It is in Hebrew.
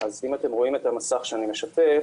אם אתם רואים את המסך שאני משתף,